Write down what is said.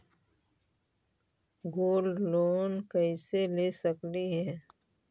Gold loan कैसे ले सकली हे?